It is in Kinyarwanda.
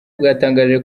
bwatangaje